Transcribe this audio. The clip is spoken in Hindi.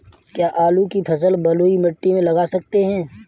क्या आलू की फसल बलुई मिट्टी में लगा सकते हैं?